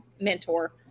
mentor